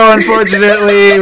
Unfortunately